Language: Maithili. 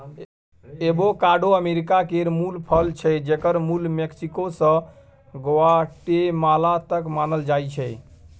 एबोकाडो अमेरिका केर मुल फल छै जकर मुल मैक्सिको सँ ग्वाटेमाला तक मानल जाइ छै